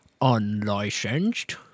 Unlicensed